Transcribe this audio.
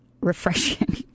refreshing